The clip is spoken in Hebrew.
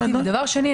דבר שני,